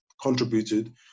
contributed